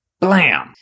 Blam